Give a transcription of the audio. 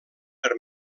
per